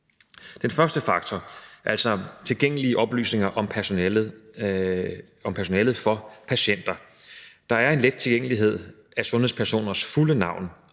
den første faktor, altså tilgængelige oplysninger om personalet for patienter, er der en let tilgængelighed af sundhedspersoners fulde navn,